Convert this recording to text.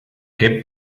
qué